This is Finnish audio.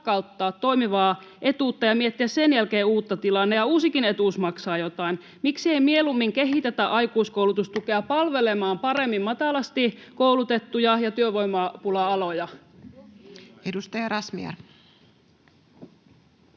toimivaa etuutta ja miettiä sen jälkeen uutta tilalle, ja uusikin etuus maksaa jotain. Miksei mieluummin kehitetä aikuiskoulutustukea palvelemaan paremmin matalasti koulutettuja ja työvoimapula-aloja? [Speech